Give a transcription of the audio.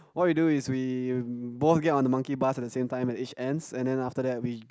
what we do is we both get on the monkey bar at the same time at each ends and then after that we